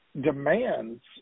demands